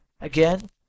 Again